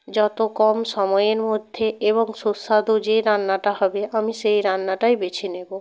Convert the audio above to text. যতো কম সময়ের মধ্যে এবং সুস্বাদু যে রান্নাটা হবে আমি সেই রান্নাটাই বেছে নেব